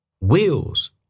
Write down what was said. wheels